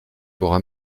pourra